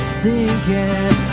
sinking